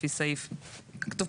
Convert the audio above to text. לפי סעיף 2(ב),